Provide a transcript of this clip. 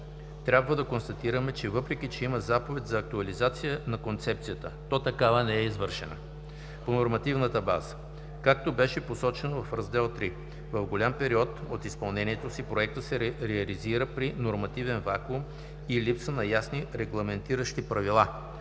трябва да констатираме, че въпреки че има заповед за актуализация на КИОС, то такава не е извършена. По нормативната база Както беше посочено в Раздел III, в голям период от изпълнението си Проектът се реализира при нормативен вакуум и липса на ясни регламентиращи правила.